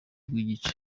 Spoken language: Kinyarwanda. bw’igice